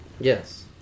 Yes